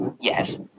Yes